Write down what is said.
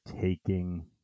taking